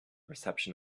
reception